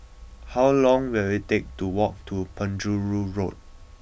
how long will it take to walk to Penjuru Road